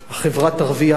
החברה תרוויח,